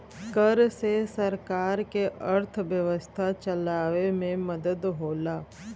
कर से सरकार के अर्थव्यवस्था चलावे मे मदद होला